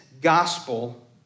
gospel